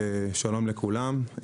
שלום לכולם.